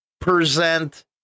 present